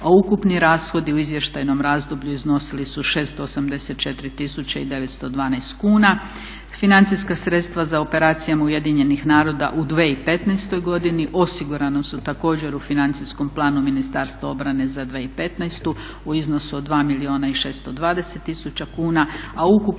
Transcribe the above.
a ukupni rashodi u izvještajnom razdoblju iznosili su 684 tisuće i 912 kuna. Financijska sredstva za operacijama Ujedinjenih naroda u 2015. godini osigurana su također u financijskom planu Ministarstva obrane za 2015. u iznosu od 2 milijuna